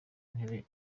intebe